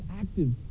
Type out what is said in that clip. active